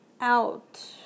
out